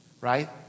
Right